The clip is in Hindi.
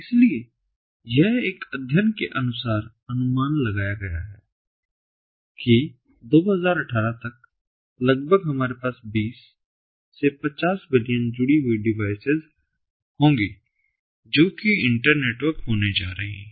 इसलिए यह एक अध्ययन के अनुसार अनुमान लगाया गया है कि 2018 तक लगभग हमारे पास 20 से 50 बिलियन जुड़ी हुई डिवाइस होंगी जो कि इंटरनेटवर्क होने जा रही हैं